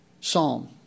psalm